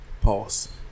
Pause